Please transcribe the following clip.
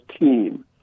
team